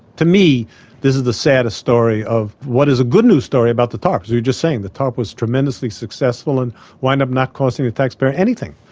to me this is the saddest story of what is a good news story about the tarp. we were just saying, the tarp was tremendously successful and wound up not causing the tax payer anything.